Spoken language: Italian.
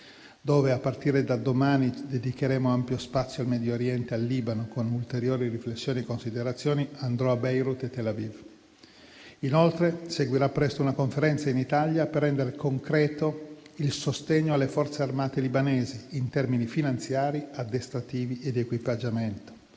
quale, a partire da domani, dedicheremo ampio spazio al Medio Oriente e al Libano, con ulteriori riflessioni e considerazioni, andrò a Beirut e a Tel Aviv. Inoltre, seguirà presto una conferenza in Italia per rendere concreto il sostegno alle forze armate libanesi in termini finanziari, addestrativi e di equipaggiamento.